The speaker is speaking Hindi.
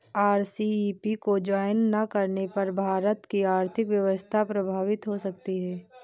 आर.सी.ई.पी को ज्वाइन ना करने पर भारत की आर्थिक व्यवस्था प्रभावित हो सकती है